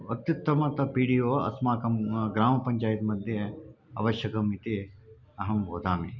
अत्युत्तमः P D O अस्माकं ग्रामपञ्चायत्मध्ये आवश्यकः इति अहं वदामि